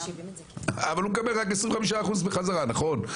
אבל הוא מקבל רק 25% בחזרה, נכון?